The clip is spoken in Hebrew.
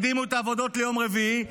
הקדימו את העבודות ליום רביעי.